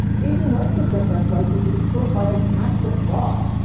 eighty nine percent less likely to be killed by an act of god,